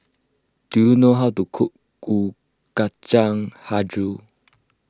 do you know how to cook Kueh Kacang HiJau